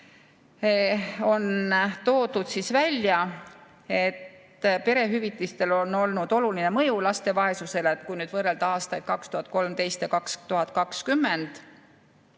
On toodud välja, et perehüvitistel on olnud oluline mõju laste vaesusele, kui võrrelda aastaid 2013 ja 2020,